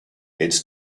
its